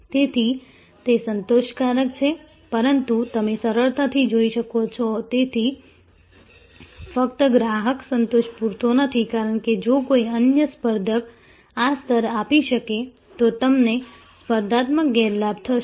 તેથી તે સંતોષકારક છે પરંતુ તમે સરળતાથી જોઈ શકો છો તેથી ફક્ત ગ્રાહક સંતોષ પૂરતો નથી કારણ કે જો કોઈ અન્ય સ્પર્ધક આ સ્તરે આપી શકે તો તમને સ્પર્ધાત્મક ગેરલાભ થશે